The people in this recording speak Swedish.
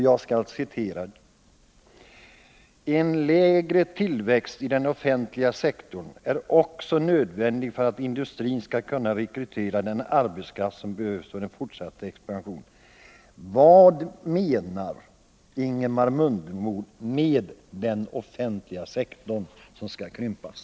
Jag citerar: ”En lägre tillväxttakt i den offentliga sektorn är också nödvändig för att industrin skall kunna rekrytera den arbetskraft som behövs för en fortsatt expansion.” Vad menar Ingemar Mundebo med ”den offentliga sektorn” som skall krympas?